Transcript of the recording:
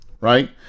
right